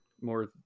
more